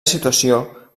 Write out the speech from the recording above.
situació